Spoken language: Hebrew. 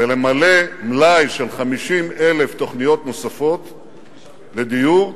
ולמלא מלאי של 50,000 תוכניות נוספות לדיור,